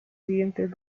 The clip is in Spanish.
siguientes